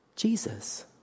Jesus